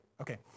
Okay